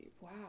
wow